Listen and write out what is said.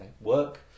work